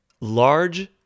large